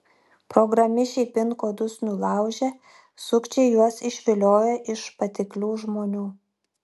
programišiai pin kodus nulaužia sukčiai juos išvilioja iš patiklių žmonių